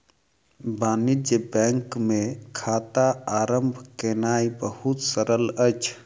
वाणिज्य बैंक मे खाता आरम्भ केनाई बहुत सरल अछि